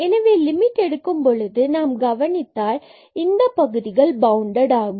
எனவே லிமிட் எடுக்கும் பொழுது நாம் கவனித்தால் இந்த பகுதிகள் பவுண்டட் ஆகும்